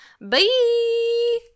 Bye